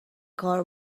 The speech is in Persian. کار